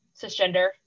cisgender